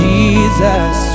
Jesus